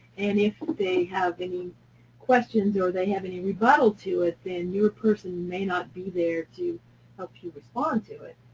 and if they have any questions or they have any rebuttal to it, then your person may not be there to help you respond to it.